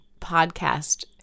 podcast